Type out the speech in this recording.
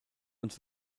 und